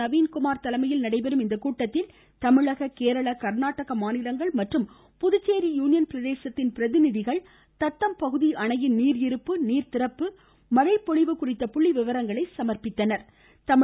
நவீன் குமார் தலைமையில் நடைபெறும் இக்கூட்டத்தில் தமிழக கேரள கர்நாடக மாநிலங்கள் மற்றும் புதுச்சேரி யூனியன் பிரதேசத்தின் பிரதிநிதிகள் தத்தம் பகுதி அணையின் நீர் இருப்பு நீர் திறப்பு மழைப் பொழிவு குறித்த புள்ளிவிவரங்களை சமர்ப்பித்தன